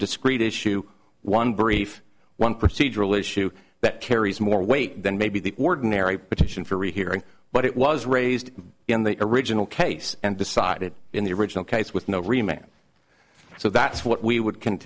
discrete issue one brief one procedural issue that carries more weight than maybe the ordinary petition for rehearing but it was raised in the original case and decided in the original case with no remains so that's what we would c